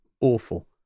awful